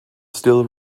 still